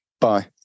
Bye